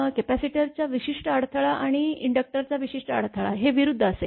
कपॅसिटरचा विशिष्ट अडथळा आणि इंडक्टरचा विशिष्ट अडथळा हे विरुद्ध असेल